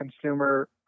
consumer